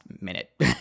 minute